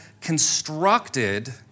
constructed